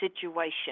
situation